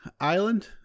island